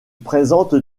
présentent